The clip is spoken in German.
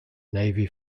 navy